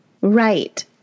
Right